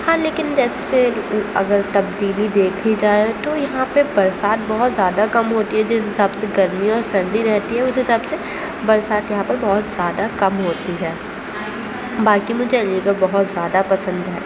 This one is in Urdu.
ہاں لیکن جیسے اگر تبدیلی دیکھی جائے تو یہاں پہ برسات بہت زیادہ کم ہوتی ہے جس حساب سے گرمی اور سردی رہتی ہے اس حساب سے برسات یہاں پر بہت زیادہ کم ہوتی ہے باقی مجھے علی گڑھ بہت زیادہ پسند ہے